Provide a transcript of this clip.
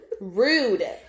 Rude